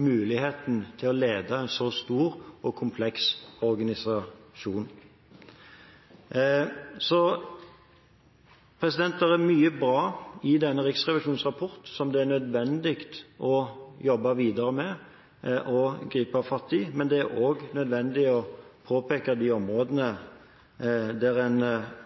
muligheten til å lede en så stor og kompleks organisasjon. Det er mye bra i Riksrevisjonens rapport som det er nødvendig å jobbe videre med og gripe fatt i, men det er òg nødvendig å påpeke de områdene der en